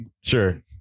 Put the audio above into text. Sure